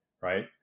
right